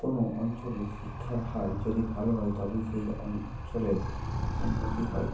কোনো অঞ্চলে শিক্ষার হার যদি ভালো হয় তবে সেই অঞ্চলের উন্নতি হয়